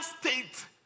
state